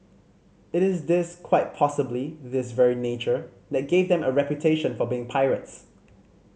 it is this quite possibly this very nature that gave them a reputation for being pirates